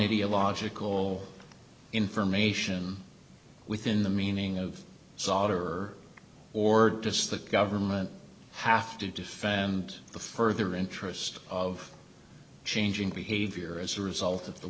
ideological information within the meaning of solder or does the government have to defend the further interest of changing behavior as a result of the